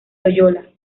loyola